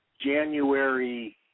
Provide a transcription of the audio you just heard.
January